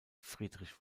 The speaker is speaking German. friedrich